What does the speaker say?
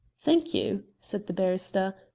thank you, said the barrister,